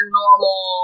normal